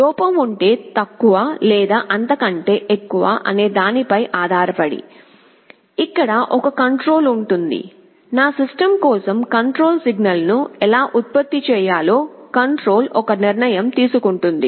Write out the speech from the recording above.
లోపం కంటే తక్కువ లేదా అంతకంటే ఎక్కువ అనేదానిపై ఆధారపడి ఇక్కడ ఒక కంట్రోల్ ఉంటుంది నా సిస్టమ్ కోసం కంట్రోల్ సిగ్నల్ను ఎలా ఉత్పత్తి చేయాలో కంట్రోల్ ఒక నిర్ణయం తీసుకుంటుంది